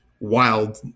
wild